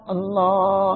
Allah